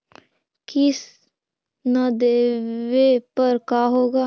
किस्त न देबे पर का होगा?